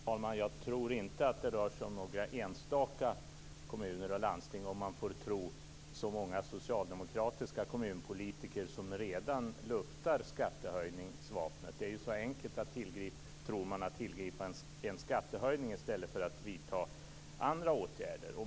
Fru talman! Jag tror inte att det rör sig om några enstaka kommuner och landsting om man får tror många socialdemokratiska kommunpolitiker som redan luftar skattehöjning. Det är enkelt, tror man, att tillgripa en skattehöjning i stället för att vidta andra åtgärder.